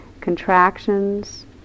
contractions